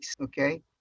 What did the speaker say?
okay